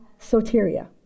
soteria